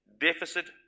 deficit